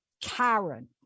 Karen